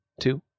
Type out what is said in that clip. two